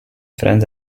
friends